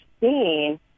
seen